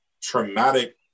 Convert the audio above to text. traumatic